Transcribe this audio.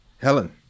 Helen